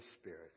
Spirit